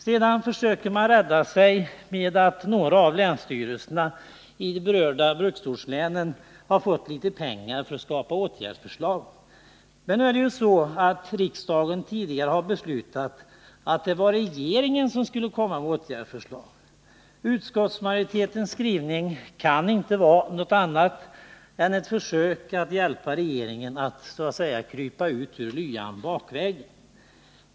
Sedan försöker man rädda sig med att några av länsstyrelserna i de berörda bruksortslänen fått litet pengar för att skapa åtgärdsförslag. Men riksdagen har tidigare beslutat att det var regeringen som skulle komma med åtgärdsförslag. Utskottsmajoritetens skrivning kan inte vara något annat än ett försök att hjälpa regeringen att krypa ut ur lyan bakvägen.